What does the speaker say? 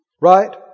Right